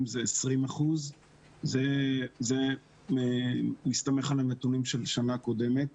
זה 20%. זה מסתמך על הנתונים של שנה קודמת,